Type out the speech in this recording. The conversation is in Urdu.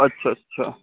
اچھا اچھا